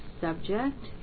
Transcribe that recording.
subject